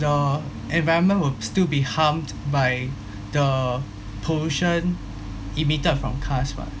the environment would still be harmed by the pollution emitted from cars [what]